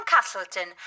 Castleton